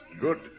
Good